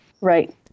Right